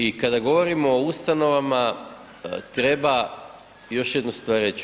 I kada govorimo o ustanovama treba još jednu stvar reći.